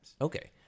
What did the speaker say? Okay